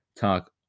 talk